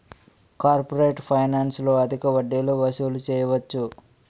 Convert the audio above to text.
corporate ఫైనాన్స్లో అధిక వడ్డీలు వసూలు చేయవచ్చు